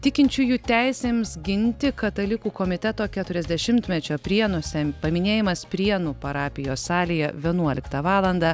tikinčiųjų teisėms ginti katalikų komiteto keturiasdešimtmečio prienuose paminėjimas prienų parapijos salėje vienuoliktą valandą